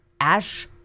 ash